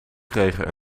kregen